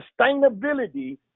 sustainability